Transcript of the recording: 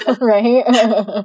right